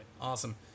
awesome